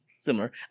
Similar